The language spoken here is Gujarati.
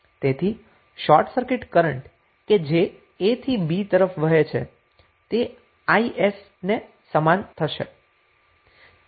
તેથી શોર્ટ સર્કિટ કરન્ટ કે જે a થી b તરફ વહે છે તે is ને સમાન થશે